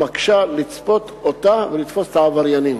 המקשה לצפות אותה ולתפוס את העבריינים.